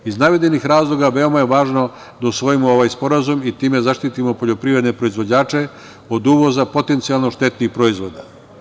Iz navedenih razloga, veoma je važno da usvojimo ovaj Sporazum i time zaštitimo poljoprivredne proizvođače od uvoza potencijalno štetnih proizvoda.